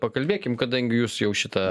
pakalbėkim kadangi jūs jau šitą